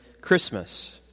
Christmas